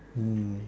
mm